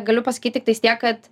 galiu pasakyt tiktais tiek kad